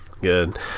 Good